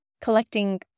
collecting